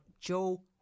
Joe